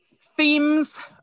themes